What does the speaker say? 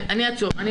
אנחנו --- אני אסביר.